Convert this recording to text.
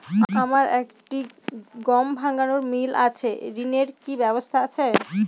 আমার একটি গম ভাঙানোর মিল আছে ঋণের কি ব্যবস্থা আছে?